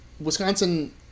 Wisconsin